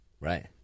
Right